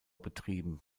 betrieben